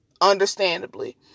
understandably